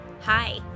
Hi